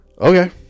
okay